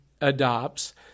adopts